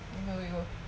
you go you go